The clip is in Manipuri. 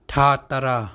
ꯊꯥ ꯇꯔꯥ